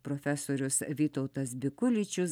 profesorius vytautas bikuličius